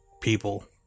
people